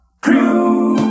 Crew